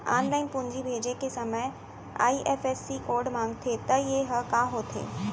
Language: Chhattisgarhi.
ऑनलाइन पूंजी भेजे के समय आई.एफ.एस.सी कोड माँगथे त ये ह का होथे?